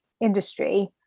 industry